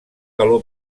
galó